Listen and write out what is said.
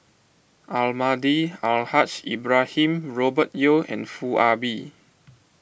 Almahdi Al Haj Ibrahim Robert Yeo and Foo Ah Bee